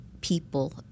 people